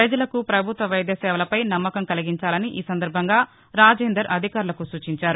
పజలకు పభుత్వ వైద్య సేవలపై నమ్మకం కలిగించాలని ఈ సందర్బంగా రాజేందర్ అధికారులకు సూచించారు